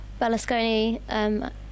Bellasconi